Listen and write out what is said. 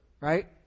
Right